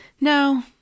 no